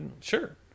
sure